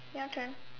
your turn